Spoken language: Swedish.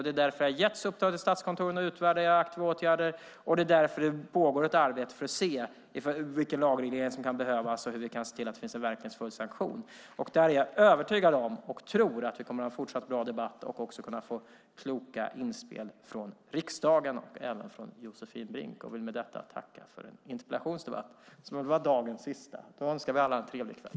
Det är därför det har getts uppdrag till statskontoren att utvärdera aktiva åtgärder, och det är därför det pågår ett arbete för att se vilken lagreglering som kan behövas och hur vi kan se till att det finns en verkningsfull sanktion. Där är jag övertygad om att vi kommer att ha en fortsatt bra debatt och också kunna få kloka inspel från riksdagen och Josefin Brink. Jag tackar för dagens sista interpellationsdebatt och önskar alla en trevlig kväll.